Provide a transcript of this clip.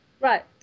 Right